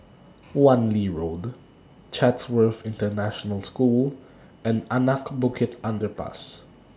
Wan Lee Road Chatsworth International School and Anak Bukit Underpass